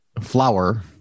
flower